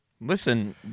Listen